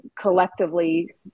collectively